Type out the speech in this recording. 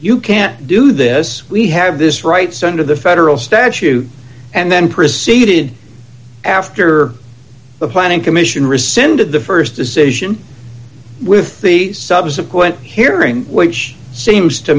you can't do this we have this rights under the federal statute and then preceded after the planning commission rescinded the st decision with the subsequent hearing which seems to